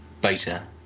beta